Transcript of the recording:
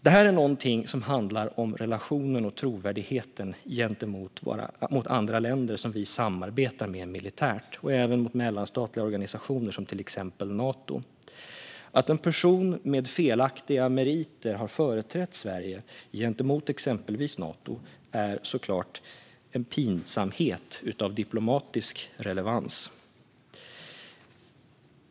Det här handlar om relationen med och trovärdigheten gentemot andra länder som vi samarbetar militärt med och även gentemot mellanstatliga organisationer som till exempel Nato. Att en person med felaktiga meriter har företrätt Sverige gentemot exempelvis Nato är såklart en pinsamhet av diplomatisk relevans.